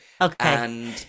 Okay